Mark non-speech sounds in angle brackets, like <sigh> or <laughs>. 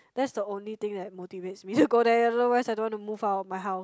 that's the only thing that motivates me <laughs> to go there otherwise I don't want to move out of my house